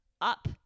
up